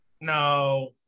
No